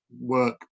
work